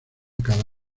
cada